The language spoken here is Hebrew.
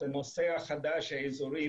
את הנושא החדש האזורי,